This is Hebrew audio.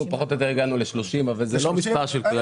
אנחנו הגענו פחות או יותר ל-30 אבל זה לא מספר של כלל אצבע.